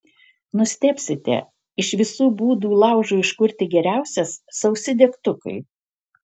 nustebsite iš visų būdų laužui užkurti geriausias sausi degtukai